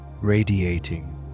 radiating